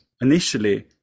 initially